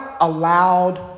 allowed